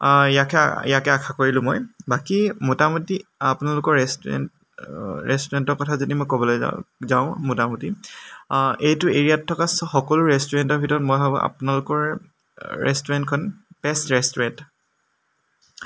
ইয়াকে ইয়াকে আশা কৰিলোঁ মই বাকী মোটামুটি আপোনালোকৰ ৰেষ্টোৰেণ্টৰ কথা যদি মই ক'বলৈ যাওঁ মোটামুটি এইটো এৰিয়াত থকা সকলো ৰেষ্টোৰেণ্টৰ ভিতৰত মই ভাবোঁ আপোনালোকৰ ৰেষ্টোৰেণ্টখন বেষ্ট ৰেষ্টোৰেণ্ট